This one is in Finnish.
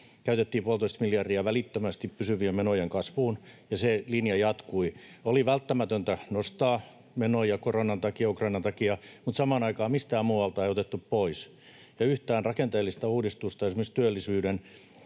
Käytettiin puolitoista miljardia välittömästi pysyvien menojen kasvuun, ja se linja jatkui. Oli välttämätöntä nostaa menoja koronan takia, Ukrainan takia, mutta samaan aikaan mistään muualta ei otettu pois ja yhtään rakenteellista uudistusta esimerkiksi työllisyyden,